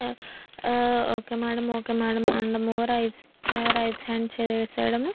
okay madam okay madam అనడం raise raise hand చేయడము